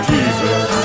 Jesus